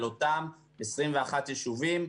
על אותם 21 יישובים,